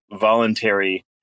voluntary